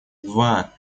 два